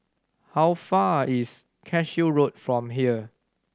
how far is Cashew Road from here